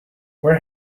where